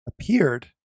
appeared